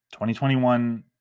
2021